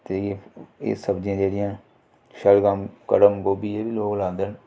ते एह् एह् सब्जियां जेह्ड़ियां न शलगम कड़म गोबी एह् बी लोग लांदे न